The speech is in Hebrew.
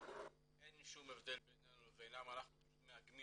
אין שום הבדל בינינו לבינם אנחנו פשוט מאגמים